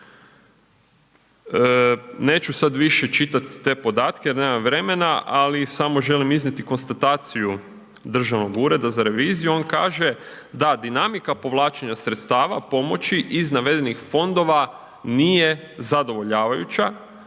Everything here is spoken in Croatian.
Neću sada više čitati te podatke jer nemam vremena ali samo želim iznijeti konstataciju Državnog ureda za reviziju, on kaže da dinamika povlačenja sredstava pomoći iz navedenih fondova nije zadovoljavajuća.